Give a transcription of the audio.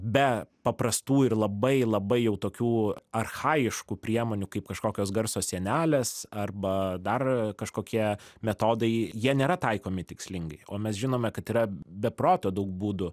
be paprastų ir labai labai jau tokių archajiškų priemonių kaip kažkokios garso sienelės arba dar kažkokie metodai jie nėra taikomi tikslingai o mes žinome kad yra be proto daug būdų